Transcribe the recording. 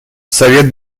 совет